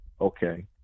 okay